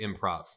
improv